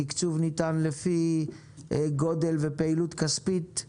התקצוב ניתן לפי גודל ופעילות כספית,